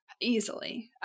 easily